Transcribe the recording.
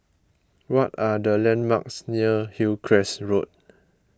what are the landmarks near Hillcrest Road